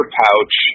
pouch